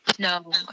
No